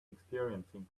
experiencing